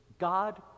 God